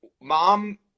Mom